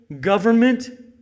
government